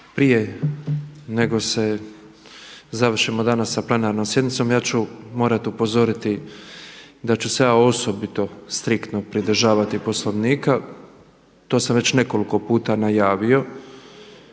Prije nego završimo danas sa plenarnom sjednicom ja ću morati upozoriti da ću se ja osobito striktno pridržavati Poslovnika. To sam već nekoliko puta najavio.